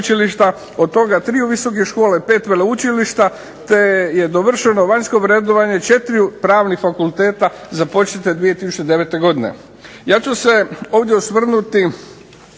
od toga 3 u visoke škole, 5 veleučilišta, te je dovršeno vanjsko vrednovanje 4 pravnih fakulteta započete 2009. godine. Ja ću se ovdje osvrnuti